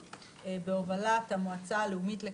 כמובן בהובלת המשרדים המקצועיים הרלוונטיים בתחומי המעבר לאנרגיות